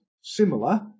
similar